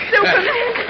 Superman